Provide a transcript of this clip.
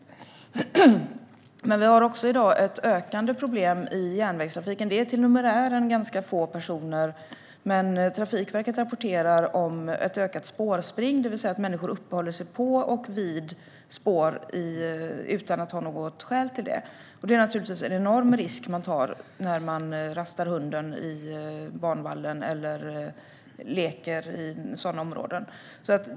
I dag finns det också ett ökande problem i järnvägstrafiken. Till numerären är det ganska få personer, men Trafikverket rapporterar om ett ökat spårspring, det vill säga att människor uppehåller sig på och vid järnvägsspår utan att ha något skäl till det. Man tar naturligtvis en enorm risk när man rastar hunden på banvallen eller leker i sådana områden.